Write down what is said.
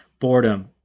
boredom